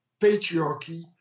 patriarchy